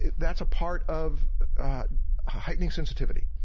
that's a part of heightening sensitivity.